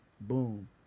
boom